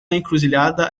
encruzilhada